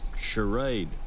charade